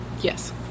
Yes